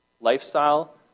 lifestyle